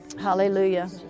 Hallelujah